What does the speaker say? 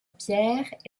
pierre